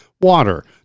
water